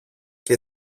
και